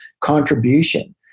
Contribution